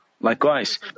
Likewise